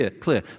clear